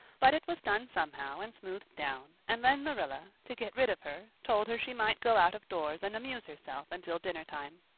but is was done somehow and smoothed down and then marilla, to get rid of her, told her she might go out-of-doors and amuse herself until dinner time.